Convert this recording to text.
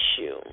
issue